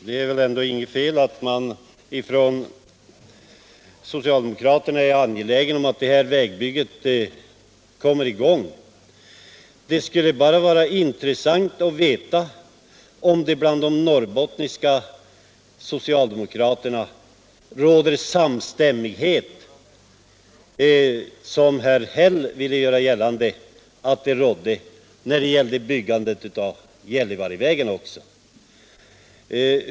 Det är naturligtvis inte något fel i att socialdemokraterna är angelägna om att detta vägbygge kommer i gång. Men det skulle vara intressant att veta om det — som herr Häll vill göra gällande — bland de norrbottniska socialdemokraterna råder samma samstämmighet också när det gäller frågan om byggandet av Gällivarevägen.